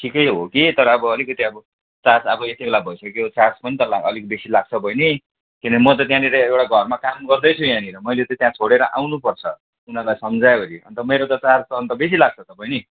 ठिकै हो कि तर अब अलिकति अब चार्ज अब यत्ति बेला भइसक्यो चार्ज पनि त ला अलिक बेसी लाग्छ बहिनी किन भने म त त्यहाँनिर एउटा घरमा काम गर्दैछु यहाँनिर मैले त त्यहाँ छोडेर आउनु पर्छ उनीहरूलाई सम्झाइवरि अन्त मेरो त चार्ज त अन्त बेसी लाग्छ त बहिनी